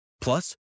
Plus